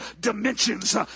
dimensions